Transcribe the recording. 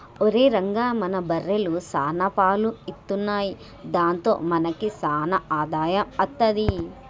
ఒరేయ్ రంగా మన బర్రెలు సాన పాలు ఇత్తున్నయ్ దాంతో మనకి సాన ఆదాయం అత్తది